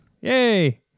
Yay